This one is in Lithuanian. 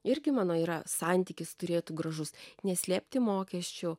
irgi mano yra santykis turėtų gražus neslėpti mokesčių